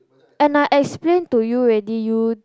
and I explain to you ready you